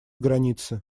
границе